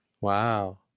Wow